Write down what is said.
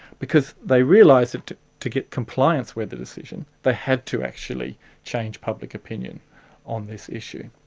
because they realised that to to get compliance with the decision they had to actually change public opinion on this issue.